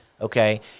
okay